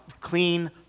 clean